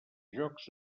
jocs